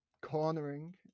cornering